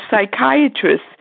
psychiatrists